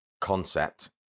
concept